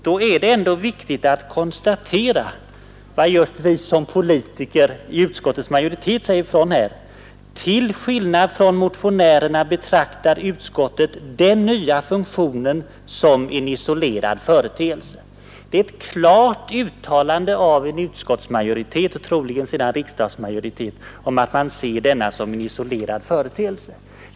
Det är dock viktigt att konstatera vad vi som politiker i utskottet säger här: ”Till skillnad från motionärerna betraktar utskottet den nya fusionen som en isolerad företeelse ———.” Det är ett klart uttalande av att utskottsmajoriteten, och inom kort troligen även riksdagens majoritet, ser detta som en isolerad företeelse.